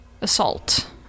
assault